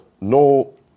no